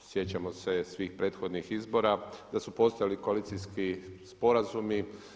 Sjećamo se svih prethodnih izbora da su postojali koalicijski sporazumi.